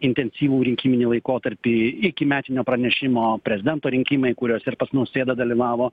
intensyvų rinkiminį laikotarpį iki metinio pranešimo prezidento rinkimai kuriuos ir pats nausėda dalyvavo